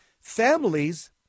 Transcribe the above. Families